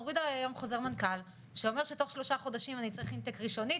מוריד עלי חוזר מנכ"ל שאומר שתוך שלושה חודשים אני צריך אינטק ראשוני,